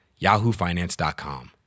yahoofinance.com